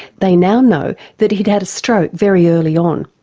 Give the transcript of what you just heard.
they now know that he'd had a stroke very early on.